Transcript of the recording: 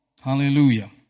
Hallelujah